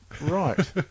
Right